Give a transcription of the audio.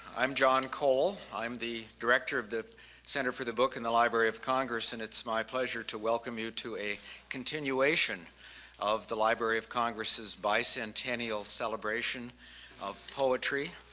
i'm john cole. i'm the director of the center for the book in the library of congress and it's my pleasure to welcome you to a continuation of the library of congress's bicentennial celebration of poetry.